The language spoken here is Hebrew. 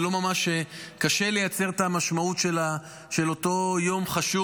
וקשה לייצר את המשמעות של אותו יום חשוב.